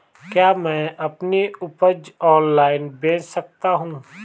क्या मैं अपनी उपज ऑनलाइन बेच सकता हूँ?